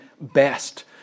best